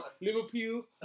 Liverpool